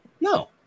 No